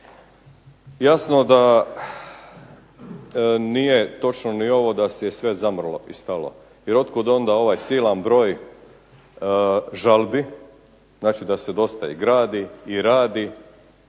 Jasno da nije točno ni ovo da je sve zamrlo i stalo, jer otkud onda ovaj silan broj žalbi, znači da se dosta i gradi i radi,